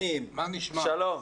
שלום.